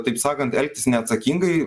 taip sakant elgtis neatsakingai